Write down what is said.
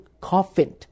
coffin